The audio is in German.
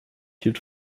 hielt